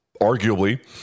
arguably